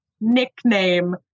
nickname